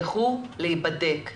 לכו להבדק.